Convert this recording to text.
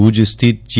ભુજ સ્થિત જી